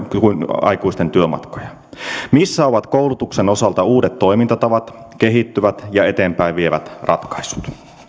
kuin aikuisten työmatkat missä ovat koulutuksen osalta uudet toimintatavat kehittyvät ja eteenpäin vievät ratkaisut